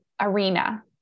arena